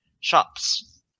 shops